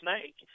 snake